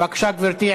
בבקשה, גברתי.